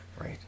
right